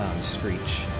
Screech